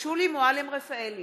שולי מועלם-רפאלי,